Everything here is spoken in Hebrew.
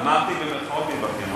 אמרתי במירכאות, "מתבכיין".